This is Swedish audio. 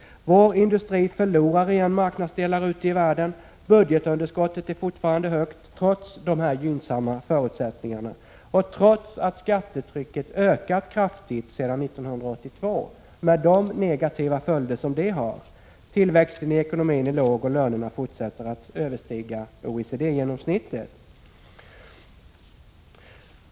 Vår industri förlorar igen marknadsandelar ute i världen. Budgetunderskottet är fortfarande högt, trots de här gynnsamma förutsättningarna, och trots att skattetrycket ökat kraftigt sedan 1982, med de negativa följder som det har. Tillväxten i ekonomin är låg, och lönerna fortsätter att överstiga OECD-genomsnittet.